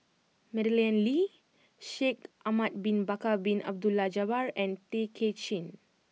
Madeleine Lee Shaikh Ahmad Bin Bakar Bin Abdullah Jabbar and Tay Kay Chin